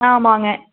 ஆமாங்க